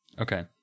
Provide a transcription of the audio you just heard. okay